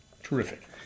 Terrific